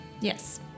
Yes